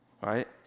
right